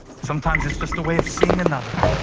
sometimes it's just a way of seeing another.